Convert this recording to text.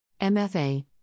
MFA